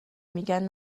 میگن